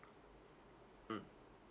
mm